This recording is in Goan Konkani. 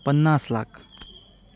पन्नास लाख